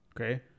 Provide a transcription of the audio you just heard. Okay